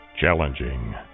Challenging